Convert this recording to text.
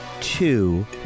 two